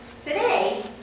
Today